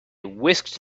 whisked